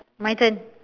my turn